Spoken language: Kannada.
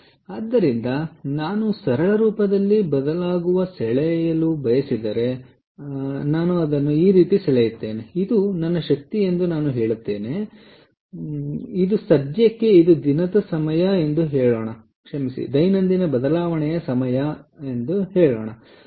ಆದ್ದರಿಂದ ನಾನು ಸರಳ ರೂಪದಲ್ಲಿ ಬದಲಾಗುವ ಸೆಳೆಯಲು ಬಯಸಿದರೆ ನಾನು ಅದನ್ನು ಈ ರೀತಿ ಸೆಳೆಯುತ್ತೇನೆ ಇದು ನನ್ನ ಶಕ್ತಿ ಎಂದು ನಾನು ಹೇಳುತ್ತೇನೆ ಇದು ಶಕ್ತಿ ಎಂದು ಹೇಳೋಣ ಮತ್ತು ಇದು ಸದ್ಯಕ್ಕೆ ಇದು ದಿನದ ಸಮಯ ಎಂದು ಹೇಳೋಣ ಕ್ಷಮಿಸಿ ದೈನಂದಿನ ಬದಲಾವಣೆಯ ಸಮಯದ ಬಗ್ಗೆ ನಾನು ಮಾತನಾಡುತ್ತಿದ್ದೇನೆ